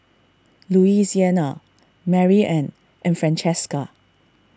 Louisiana Maryann and Francesca